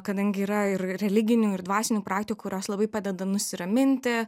kadangi yra ir religinių ir dvasinių praktikų kurios labai padeda nusiraminti